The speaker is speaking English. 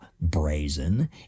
brazen